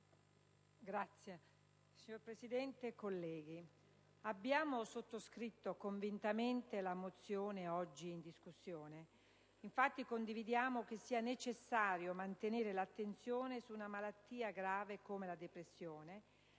*(IdV)*. Signor Presidente, colleghi, abbiamo sottoscritto convintamente la mozione oggi in discussione: infatti condividiamo l'opinione che sia necessario mantenere l'attenzione su una malattia grave come la depressione